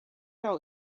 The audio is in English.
our